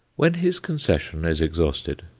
when his concession is exhausted,